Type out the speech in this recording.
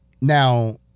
Now